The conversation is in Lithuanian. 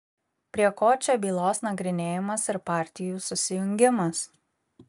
prie ko čia bylos nagrinėjimas ir partijų susijungimas